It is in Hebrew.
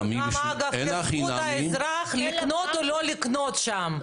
זכות האזרח לקנות או לא לקנות שם.